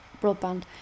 broadband